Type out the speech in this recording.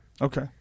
Okay